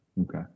Okay